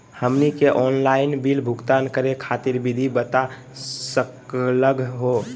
हमनी के online bill भुगतान करे खातीर विधि बता सकलघ हो?